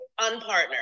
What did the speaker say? unpartnered